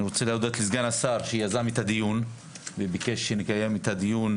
אני רוצה להודות לסגן השר שיזם את הדיון וביקש שנקיים את הדיון,